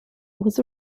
was